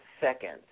second